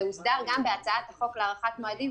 זה הוסדר גם בהצעת החוק להארכת מועדים,